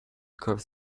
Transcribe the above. curves